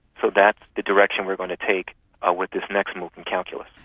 so that's the direction we're going to take ah with this next mooc in calculus.